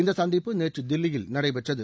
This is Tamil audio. இந்த சந்திப்பு நேற்று தில்லியில் நடைபெற்றது